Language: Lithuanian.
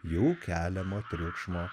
jų keliamo triukšmo